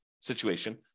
situation